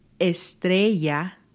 Estrella